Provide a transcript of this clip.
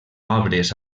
obres